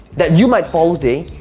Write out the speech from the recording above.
that you might follow today,